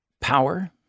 power